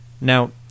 Now